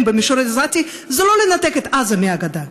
במישור העזתי זה לא לנתק את עזה מהגדה,